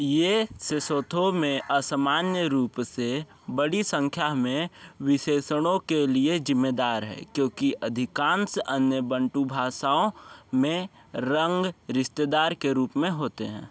यह सेसोथो में असमान्य रूप से बड़ी संख्या में विशेषणों के लिए ज़िम्मेदार है क्योंकि अधिकांश अन्य बंटू भाषाओं में रंग रिश्तेदार के रूप में होते हैं